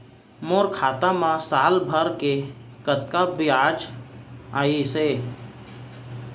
मोर खाता मा साल भर के कतका बियाज अइसे?